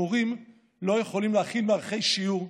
מורים לא יכולים להכין מערכי שיעור,